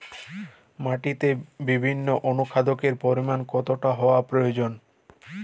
মাটিতে বিভিন্ন অনুখাদ্যের পরিমাণ কতটা হওয়া প্রয়োজন?